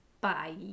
Bye